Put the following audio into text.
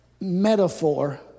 metaphor